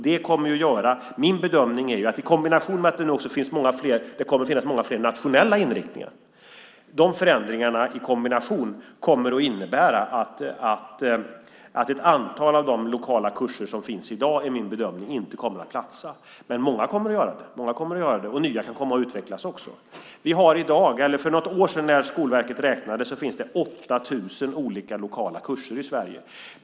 Min bedömning är att förändringarna i kombination när det nu också kommer att finnas många fler nationella inriktningar kommer att innebära att ett antal av de lokala kurser som finns i dag inte kommer att platsa. Men många kommer att göra det, och nya kan komma att utvecklas också. För något år sedan när Skolverket räknade fanns det 8 000 olika lokala kurser i Sverige.